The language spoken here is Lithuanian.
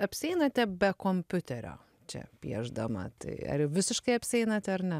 apsieinate be kompiuterio čia piešdama tai ar visiškai apsieinate ar ne